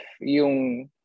yung